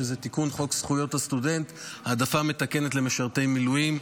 שזה תיקון חוק זכויות הסטודנט (העדפה מתקנת למשרתי מילואים).